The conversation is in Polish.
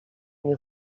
nie